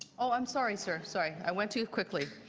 oh, i'm sorry, sir. sorry. i went too quickly.